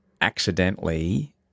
accidentally